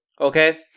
okay